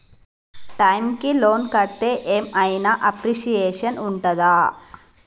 Time కి loan కడ్తే ఏం ఐనా అప్రిషియేషన్ ఉంటదా?